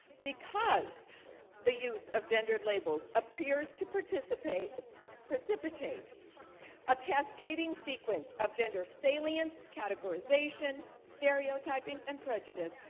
because the use of gendered labels appears to precipitate precipitate a cascading sequence of gender salience, categorization, stereotyping, and prejudice,